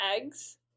eggs